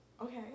Okay